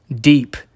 deep